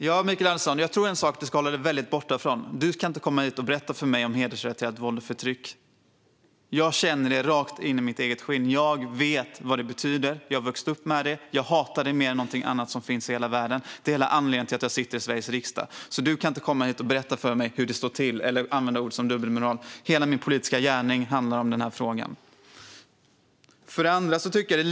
Fru talman! En sak ska du hålla dig borta från, Mikael Eskilandersson. Du ska inte komma hit och berätta för mig om hedersrelaterat våld och förtryck. Jag känner det rätt inpå mitt eget skinn. Jag vet vad det betyder, jag har vuxit upp med det och jag hatar det mer än något annat i hela världen. Det är hela anledningen till att jag sitter i Sveriges riksdag. Du kan alltså inte komma hit och berätta för mig hur det står till eller använda ord som dubbelmoral. Hela min politiska gärning handlar om denna fråga.